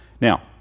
Now